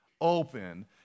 open